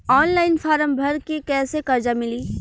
Online form भर के कैसे कर्जा मिली?